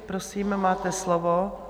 Prosím, máte slovo.